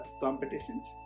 competitions